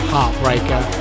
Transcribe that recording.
Heartbreaker